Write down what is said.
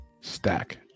Stack